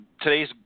Today's